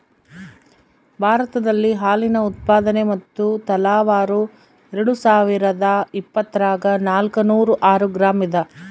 ಭಾರತದಲ್ಲಿ ಹಾಲಿನ ಉತ್ಪಾದನೆ ಮತ್ತು ತಲಾವಾರು ಎರೆಡುಸಾವಿರಾದ ಇಪ್ಪತ್ತರಾಗ ನಾಲ್ಕುನೂರ ಆರು ಗ್ರಾಂ ಇದ